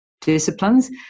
Disciplines